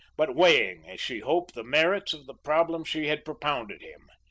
but weighing, as she hoped, the merits of the problem she had propounded him.